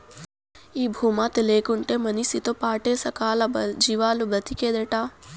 ఈ భూమాతే లేకుంటే మనిసితో పాటే సకల జీవాలు బ్రతికేదెట్టా